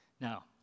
Now